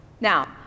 Now